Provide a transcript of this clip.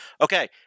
Okay